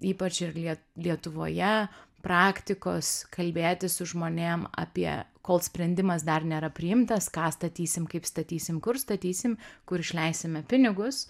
ypač ir lie lietuvoje praktikos kalbėtis su žmonėms apie kol sprendimas dar nėra priimtas ką statysim kaip statysim kur statysim kur išleisime pinigus